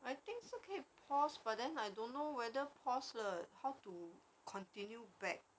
I think 是可以 pause but then I don't know whether pause 了 how to continue back